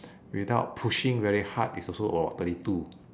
without pushing very hard is also about thirty two